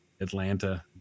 Atlanta